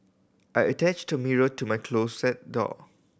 I attached a mirror to my closet door